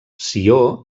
sió